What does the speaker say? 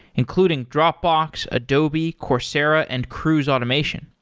including dropbox, adobe, coursera and cruise automation.